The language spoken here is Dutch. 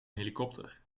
helikopter